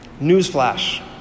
Newsflash